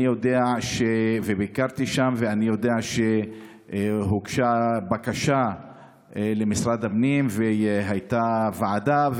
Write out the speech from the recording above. ביקרתי שם ואני יודע שהוגשה בקשה למשרד הפנים והייתה ועדה,